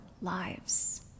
lives